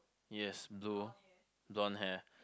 yes blue don't have